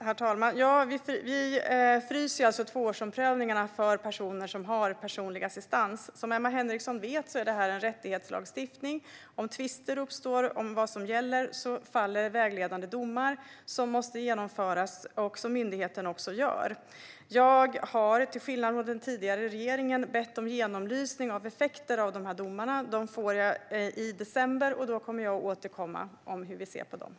Herr talman! Vi fryser tvåårsomprövningarna för personer som har personlig assistans. Som Emma Henriksson vet är det här en rättighetslagstiftning. Om tvister uppstår om vad som gäller faller vägledande domar som måste genomföras, vilket myndigheten också gör. Jag har till skillnad från den tidigare regeringen bett om genomlysning av effekterna av de här domarna. Resultatet får jag i december, och då kommer jag att återkomma om hur vi ser på detta.